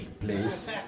please